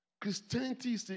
Christianity